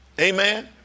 Amen